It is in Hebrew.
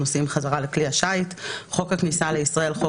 תוצאה שלילית כאמור בפסקה (1).'״ בשילוב של הסעיפים,